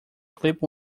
clip